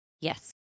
Yes